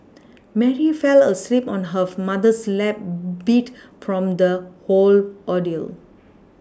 Mary fell asleep on her mother's lap beat from the whole ordeal